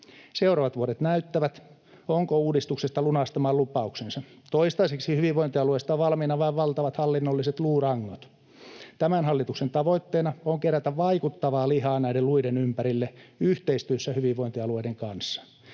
Seuraavat vuodet näyttävät, onko uudistuksesta lunastamaan lupauksensa. Toistaiseksi hyvinvointialueista on valmiina vain valtavat hallinnolliset luurangot. Tämän hallituksen tavoitteena on kerätä vaikuttavaa lihaa näiden luiden ympärille yhteistyössä hyvinvointialueiden kanssa.